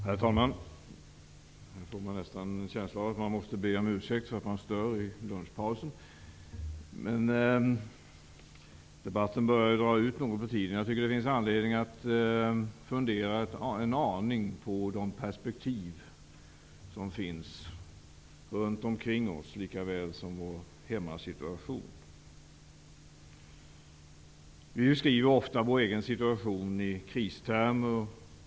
Herr talman! Jag får nästan en känsla av att jag måste be om ursäkt för att jag stör i lunchpausen. Debatten börjar ju dra ut något på tiden. Det finns anledning att fundera en aning på situationen runt omkring oss likaväl som på vår hemmasituation. Vi beskriver ofta vår egen situation i kristermer.